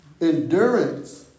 Endurance